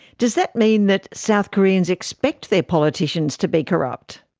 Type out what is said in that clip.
does that mean that south koreans expect their politicians to be corrupt?